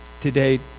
Today